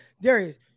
Darius